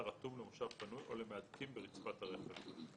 רתום למושב פנוי או למהדקים ברצפת הרכב.